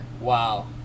Wow